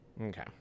Okay